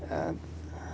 uh